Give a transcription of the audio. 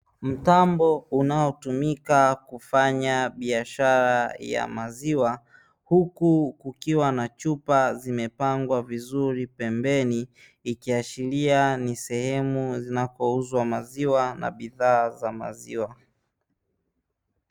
Mtambo unaotumika kufanya biashara ya maziwa, huku kukiwa na chupa zimepangwa vizuri pembeni ikiashiria ni sehemu zinapouzwa maziwa na bidhaa za maziwa.